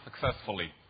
successfully